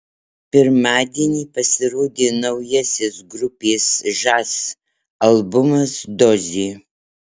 pirmadienį pasirodė naujasis grupės žas albumas dozė